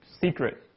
secret